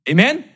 Amen